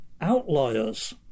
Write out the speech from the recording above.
outliers